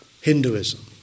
Hinduism